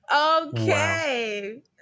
Okay